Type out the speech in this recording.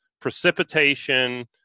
precipitation